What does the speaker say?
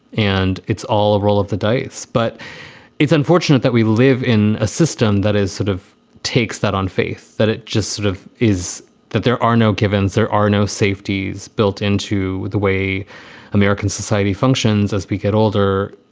and it's all a roll of the dice. but it's unfortunate that we live in a system that is sort of takes that on faith, that it just sort of is that there are no givens. there are no safeties built into the way american society functions as we get older.